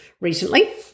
recently